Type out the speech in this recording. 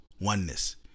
oneness